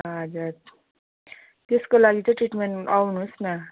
हजुर त्यसको लागि चाहिँ ट्रिमेन्ट नुहोस् ना